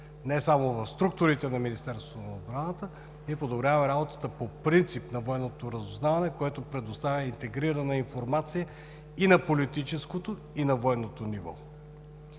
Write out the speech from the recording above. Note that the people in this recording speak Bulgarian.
не само в структурите на Министерството на отбраната, но подобряваме работата по принцип на Военното разузнаване, което предоставя интегрирана информация и на политическото, и на военното ниво.